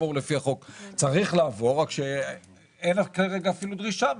רק שאין כרגע אפילו דרישה מהם.